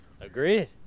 Agreed